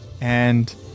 And-